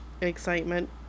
excitement